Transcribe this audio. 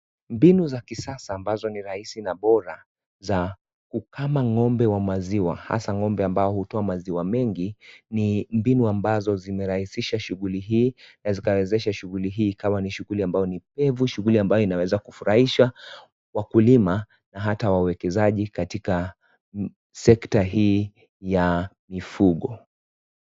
Mbinu za kisasa mbazo ni raisi na bora. Za kukama ngombe wa maziwa, hasa ngombe ambao hutoa maziwa mengi, ni mbinu ambazo zimeraisisha shuguli hii, zikawezesha shuguli hii kuwa ni shuguli ambayo nipevu, shuguli ambayo inaweza kufuraisha, wakulima, na hata wawekizaji katika sekta hii ya mifugo.